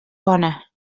bona